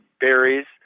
berries